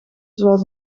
zoals